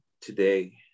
today